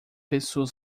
pessoa